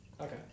Okay